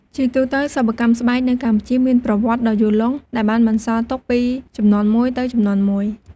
ជាទូទៅ សិប្បកម្មស្បែកនៅកម្ពុជាមានប្រវត្តិដ៏យូរលង់ ដែលបានបន្សល់ទុកពីជំនាន់មួយទៅជំនាន់មួយ។